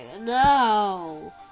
no